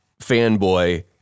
fanboy